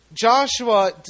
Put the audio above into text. Joshua